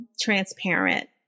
transparent